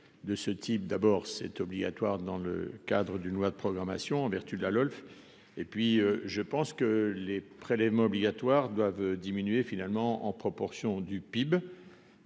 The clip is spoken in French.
de ce type d'abord c'est obligatoire dans le cadre d'une loi de programmation, en vertu de la LOLF et puis je pense que les prélèvements obligatoires doivent diminuer finalement en proportion du PIB,